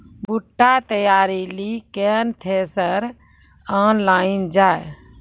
बूटा तैयारी ली केन थ्रेसर आनलऽ जाए?